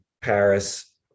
Paris